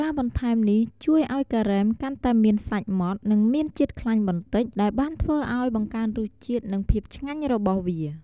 ការបន្ថែមនេះជួយឱ្យការ៉េមកាន់តែមានសាច់ម៉ដ្ឋ និងមានជាតិខ្លាញ់បន្តិច ដែលបានធ្វើអោយបង្កើនរសជាតិ និងភាពឆ្ងាញ់របស់វា។